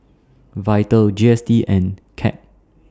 Vital G S T and CAG